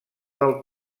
del